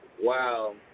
Wow